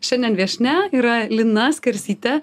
šiandien viešnia yra lina skersytė